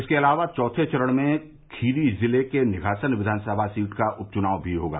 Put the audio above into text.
इसके अलावा चौथे चरण में खीरी ज़िले के निघासन विधानसभा सीट का उप चुनाव भी होगा